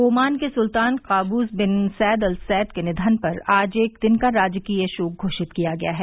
Oman के सुल्तान Qaboos bin Said al Said के निधन पर आज एक दिन का राजकीय शोक घोषित किया गया है